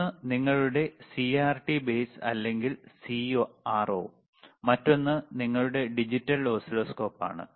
ഒന്ന് നിങ്ങളുടെ CRT base അല്ലെങ്കിൽ സിആർഒ മറ്റൊന്ന് നിങ്ങളുടെ ഡിജിറ്റൽ ഓസിലോസ്കോപ്പ് ആണ്